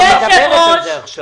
היא מדברת על זה עכשיו.